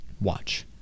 watch